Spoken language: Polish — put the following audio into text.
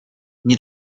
nie